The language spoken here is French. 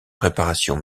préparations